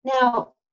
Now